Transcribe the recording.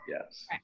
Yes